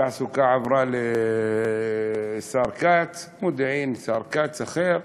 התעסוקה עברה לשר כץ, מודיעין, שר כץ אחר,